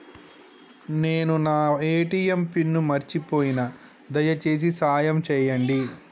నేను నా ATM pin మర్చిపోయిన, దయచేసి సాయం చేయండి